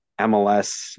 MLS